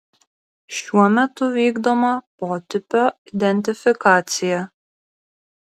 šiuo metu vykdoma potipio identifikacija